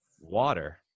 water